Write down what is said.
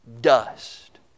dust